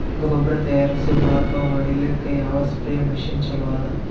ಗೊಬ್ಬರ ತಯಾರಿಸಿ ಹೊಳ್ಳಕ ಹೊಡೇಲ್ಲಿಕ ಯಾವ ಸ್ಪ್ರಯ್ ಮಷಿನ್ ಚಲೋ ಅದ?